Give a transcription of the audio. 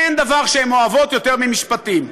אין דבר שהן אוהבות יותר ממשפטים.